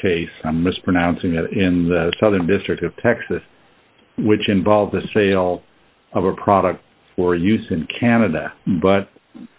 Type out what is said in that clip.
case i'm mispronouncing it in the southern district of texas which involves the sale of a product for use in canada but